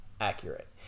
accurate